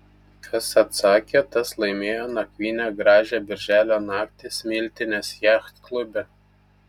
kas atsakė tas laimėjo nakvynę gražią birželio naktį smiltynės jachtklube